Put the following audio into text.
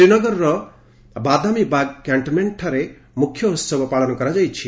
ଶ୍ରୀନଗରର ବାଦାମୀ ବାଗ୍ କ୍ୟାଷ୍ଟନ୍ମେଷ୍ଟଠାରେ ମୁଖ୍ୟ ଉତ୍ସବ ପାଳନ କରାଯାଇଛି